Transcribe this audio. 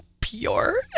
Pure